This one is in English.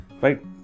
right